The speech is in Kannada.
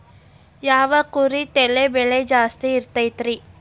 ಯಾವ ಕುರಿ ತಳಿ ಬೆಲೆ ಜಾಸ್ತಿ ಇರತೈತ್ರಿ?